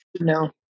No